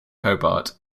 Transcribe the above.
hobart